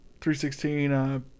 316